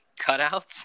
cutouts